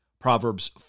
Proverbs